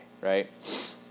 right